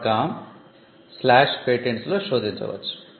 compatents లో శోధించవచ్చు